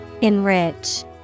Enrich